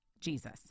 Jesus